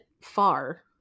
far